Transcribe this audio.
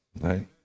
right